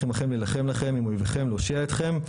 עמכם להילחם לכם עם אויביכם להושיע אתכם".